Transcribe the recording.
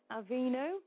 Avino